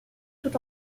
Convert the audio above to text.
tout